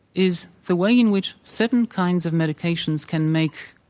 is the way in which certain kinds of medications can make,